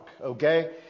Okay